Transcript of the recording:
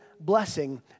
blessing